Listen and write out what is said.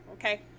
Okay